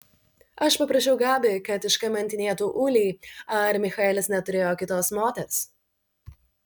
aš paprašiau gabi kad iškamantinėtų ulį ar michaelis neturėjo kitos moters